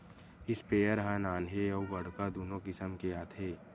sprayer ह नान्हे अउ बड़का दुनो किसम के आथे